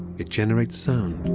it generates sound.